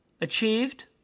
Achieved